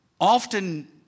often